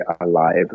alive